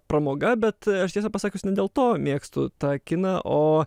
pramoga bet aš tiesą pasakius ne dėl to mėgstu tą kiną o